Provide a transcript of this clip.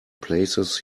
places